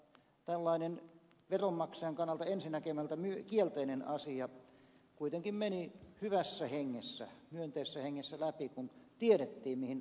tällainen veronmaksajan kannalta ensinäkemältä kielteinen asia kuitenkin meni hyvässä hengessä myönteisessä hengessä läpi kun tiedettiin mihin rahat menevät